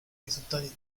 risultati